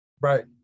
right